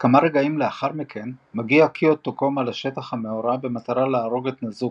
כמה רגעים לאחר מכן מגיע גיו טוקומיה לשטח המאורע במטרה להרוג את נזוקו,